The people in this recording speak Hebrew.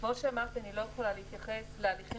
כמו שאמרתי: אני לא יכולה להתייחס להליכים